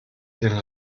den